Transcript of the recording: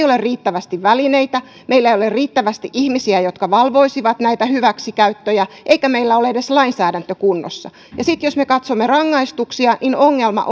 ole riittävästi välineitä meillä ei ole riittävästi ihmisiä jotka valvoisivat näitä hyväksikäyttöjä eikä meillä ole edes lainsäädäntö kunnossa sitten jos me katsomme rangaistuksia niin ongelma